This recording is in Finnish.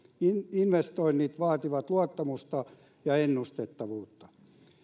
investoinnit vaativat luottamusta ja ennustettavuutta